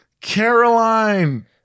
Caroline